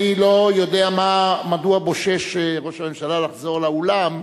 אני לא יודע מדוע בושש ראש הממשלה לחזור לאולם,